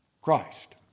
Christ